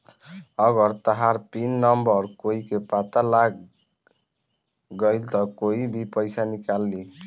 अगर तहार pin number कोई के पता लाग गइल त कोई भी पइसा निकाल ली